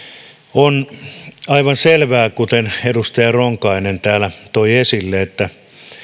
on aivan selvää kuten edustaja ronkainen täällä toi esille että kun